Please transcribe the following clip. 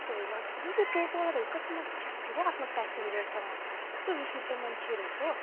यस्तो होइन उस्तो होइन यो टोटोवाला धरी कति म च्याँठिएको हो आफ्नो पेसेन्जारसँग यस्तो रिस उठ्दो मान्छे रहेछ हौ